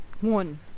One